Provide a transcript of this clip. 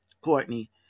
courtney